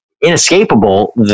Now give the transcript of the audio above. inescapable